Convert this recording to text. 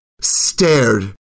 stared